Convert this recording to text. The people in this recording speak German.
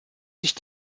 sich